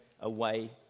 away